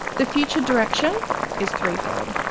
the future direction is three-fold.